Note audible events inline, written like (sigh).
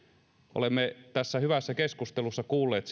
olemme tässä hyvässä keskustelussa kuulleet (unintelligible)